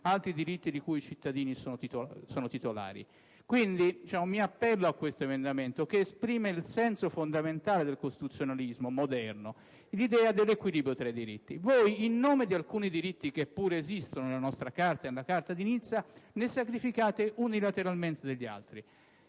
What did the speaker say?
altri diritti goduti dai cittadini». Mi appello a questo emendamento che esprime il senso fondamentale del costituzionalismo moderno: l'idea dell'equilibrio tra i diritti. Voi, in nome di alcuni diritti che pure esistono nella nostra Carta e nella Carta di Nizza, ne sacrificate unilateralmente degli altri: